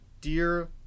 dear